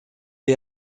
les